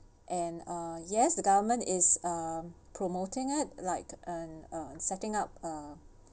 and uh yes the government is uh um promoting it like and uh setting up uh